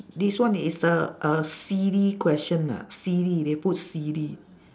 this one is a a silly question ah silly they put silly